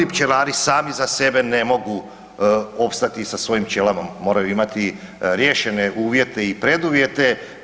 Pčelari sami za sebe ne mogu opstati sa svim pčelama, moraju imati riješene uvjete i preduvjete.